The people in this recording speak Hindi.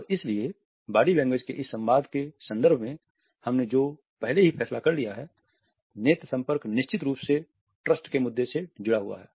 और इसलिए बॉडी लैंग्वेज के इस संवाद के संदर्भ में हमने जो पहले ही फैसला कर लिया है नेत्र संपर्क निश्चित रूप से ट्रस्ट के मुद्दे से जुड़ा हुआ है